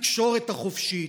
התקשורת החופשית,